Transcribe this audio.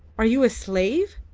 are you a slave?